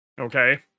okay